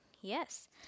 yes